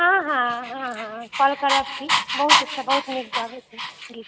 हँ हँ हँ हँ काल करब की बहुत अच्छा बहुत नीक गाबए छी गीत